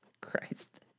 Christ